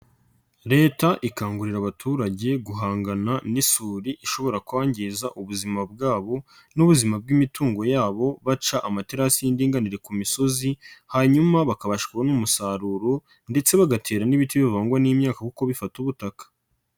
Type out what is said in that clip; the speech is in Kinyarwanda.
Leta ikangurira abaturage guhangana n'isuri ishobora kwangiza ubuzima bwabo n'ubuzima bw'imitungo yabo baca amaterasi y'indinganire ku misozi hanyuma bakabasha kubona umusaruro ndetse bagatera n'ibiti bivangwa n'imyaka kuko bifata ubutaka.